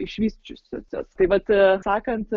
išvysčiusios tai vat atsakant